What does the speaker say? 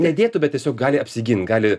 nedėtų bet tiesiog gali apsigint gali